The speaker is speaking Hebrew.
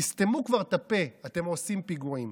תסתמו כבר את הפה, אתם עושים פיגועים.